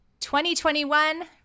2021